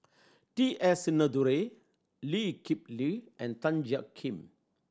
T S Sinnathuray Lee Kip Lee and Tan Jiak Kim